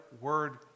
word